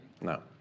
No